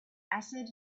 acid